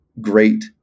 great